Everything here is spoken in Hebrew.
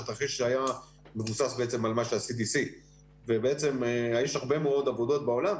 שהתרחיש היה מבוסס על ה-CDC ובעצם יש הרבה מאוד עבודות בעולם,